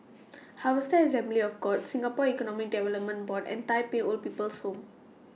Harvester Assembly of God Singapore Economic Development Board and Tai Pei Old People's Home